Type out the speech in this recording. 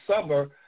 summer